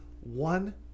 one